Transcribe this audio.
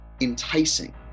enticing